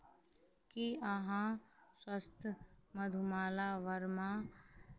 कि अहाँ स्वस्थ मधुमाला वर्मा